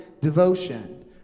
devotion